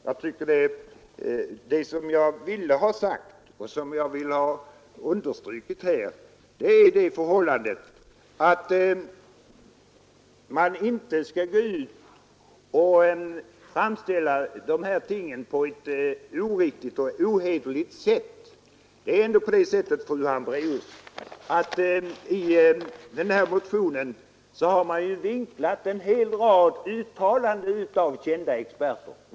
Vad jag vill säga och stryka under är att vi Nr 80 här inte skall framställa dessa ting på ett oriktigt och ohederligt sätt. Och Tisdagen den det är ju ändå så, fru Hambraeus, att i den motion det här gäller är en hel 14 maj 1974 rad uttalanden av kända experter vinklade.